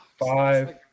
Five